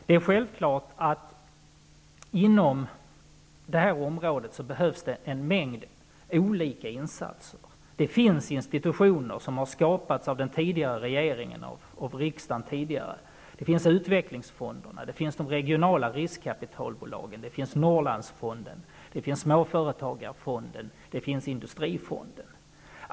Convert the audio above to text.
Det är självklart att det inom det här området behövs en mängd olika insatser. Det finns institutioner som har skapats av den tidigare regeringen och av riksdagen. Vi har utvecklingsfonderna, de regionala riskkapitalbolagen, Norrlandsfonden, Småföretagsfonden och Industrifonden.